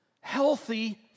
Healthy